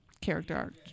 Character